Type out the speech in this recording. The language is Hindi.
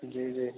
जी जी